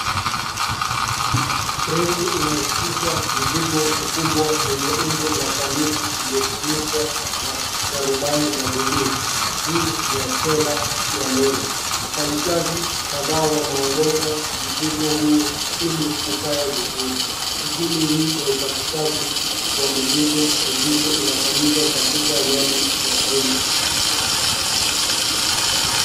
Kreni inashusha mzigo mkubwa wenye umbo la sanduku uliofunikwa na tarubai la buluu juu ya trela ya lori. Wafanyikazi kadhaa wanaongoza mzigo huo ili ukae vizuri. Shughuli hii ya upakishaji wa mizigo mizito inafanyika katika yadi ya vumbi.